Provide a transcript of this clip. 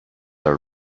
are